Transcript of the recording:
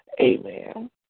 Amen